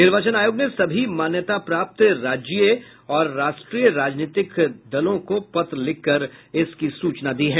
निर्वाचन आयोग ने सभी मान्यता प्राप्त राज्यीय और राष्ट्रीय राजनीतिक दलों को पत्र लिखकर इसकी सूचना दी है